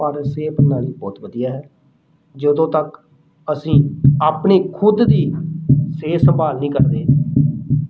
ਭਾਵੇ ਸਿਹਤ ਪ੍ਰਣਾਲੀ ਬਹੁਤ ਵਧੀਆ ਹੈ ਜਦੋਂ ਤੱਕ ਅਸੀਂ ਆਪਣੀ ਖੁਦ ਦੀ ਸਿਹਤ ਸੰਭਾਲ ਨਹੀਂ ਕਰਦੇ